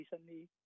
recently